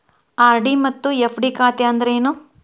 RD ಮತ್ತ FD ಖಾತೆ ಅಂದ್ರೇನು